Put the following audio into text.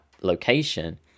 location